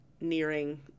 nearing